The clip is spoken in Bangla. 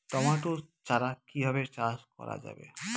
টমেটো চারা কিভাবে চাষ করা যাবে?